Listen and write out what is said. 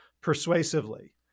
Persuasively